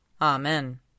Amen